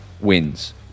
wins